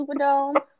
superdome